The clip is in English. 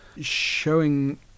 showing